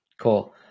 Cool